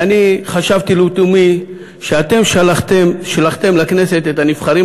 ואני חשבתי לתומי שאתם שלחתם לכנסת את הנבחרים